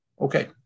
Okay